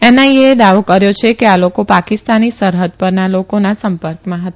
NIA એ દાવો કર્યો છે કે આ લોકો પાકિસ્તાની સરહદ પરના લોકોના સંપર્કમાં હતા